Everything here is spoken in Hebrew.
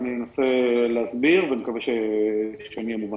אני אנסה להסביר ואני מקווה שאהיה מובן: